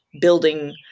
building